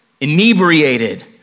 inebriated